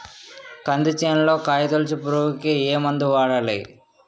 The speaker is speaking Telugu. కంది చేనులో కాయతోలుచు పురుగుకి ఏ మందు వాడాలి?